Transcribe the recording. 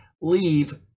leave